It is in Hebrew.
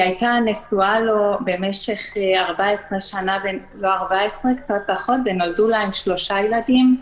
היא הייתה נשואה לו קצת פחות מ-14 שנה ונולדו להם שלושה ילדים.